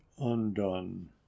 undone